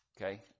Okay